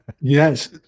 Yes